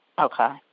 Okay